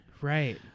right